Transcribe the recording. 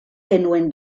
genuen